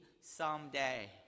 someday